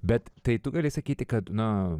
bet tai tu gali sakyti kad na